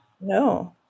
No